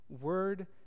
Word